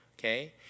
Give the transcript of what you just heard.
okay